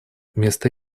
вместо